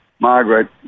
Margaret